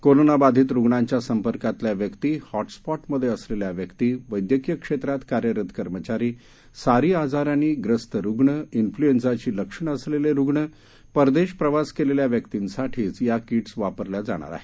कोरोनाबाधित रुग्णांच्या संपर्कातल्या व्यक्ती हॉटस्पॉटमध्ये असलेल्या व्यक्ती वैद्यकीय क्षेत्रात कार्यरत कर्मचारी सारी आजाराने ग्रस्त रुग्ण क्फ्लुएन्झाची लक्षण असलेले रुग्ण परदेश प्रवास केलेल्या व्यक्तींसाठीच या किट्स वापरल्या जाणार आहेत